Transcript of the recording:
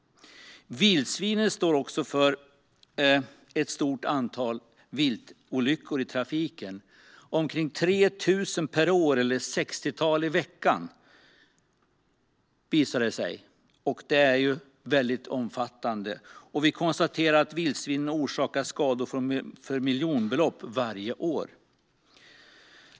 Vildsvinen står också för ett stort antal viltolyckor i trafiken, omkring 3 000 per år eller ett sextiotal i veckan, vilket är väldigt omfattande. Vi kan konstatera att vildsvinen orsakar skador för miljonbelopp varje år.